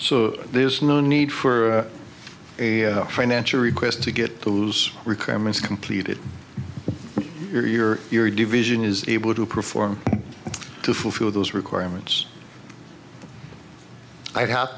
so there is no need for a financial request to get those requirements completed your your division is able to perform to fulfill those requirements i have